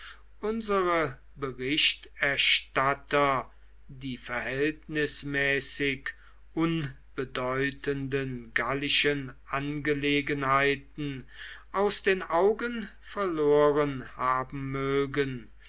unsere berichterstatter die verhältnismäßig unbedeutenden gallischen angelegenheiten aus den augen verloren haben mögen